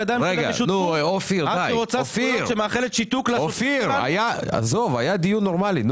אופיר, עזוב, עד עכשיו היה דיון נורמלי.